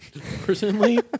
Personally